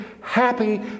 happy